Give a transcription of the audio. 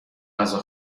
غذا